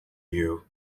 you